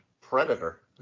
predator